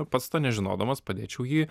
pats to nežinodamas padėčiau jį